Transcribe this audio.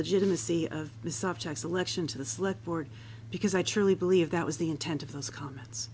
legitimacy of the subject selection to the sled board because i truly believe that was the intent of those comments